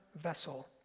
vessel